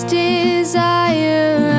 desire